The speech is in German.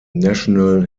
national